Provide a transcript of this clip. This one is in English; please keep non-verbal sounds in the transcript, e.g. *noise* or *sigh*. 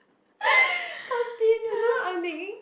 *laughs* you know I'm thinking